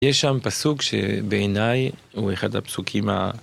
יש שם פסוק שבעיניי הוא אחד הפסוקים ה...